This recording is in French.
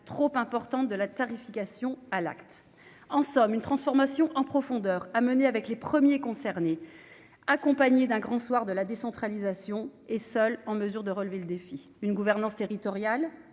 trop importante de la tarification à l'acte, en somme une transformation en profondeur, a mené avec les premiers concernés, accompagné d'un grand soir de la décentralisation est seule en mesure de relever le défi, une gouvernance territoriale